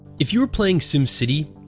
if you were playing sim city,